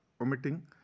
omitting